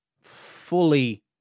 Fully